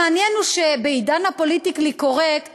המעניין הוא שבעידן הפוליטיקלי-קורקט